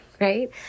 right